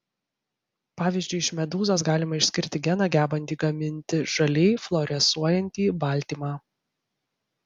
pavyzdžiui iš medūzos galima išskirti geną gebantį gaminti žaliai fluorescuojantį baltymą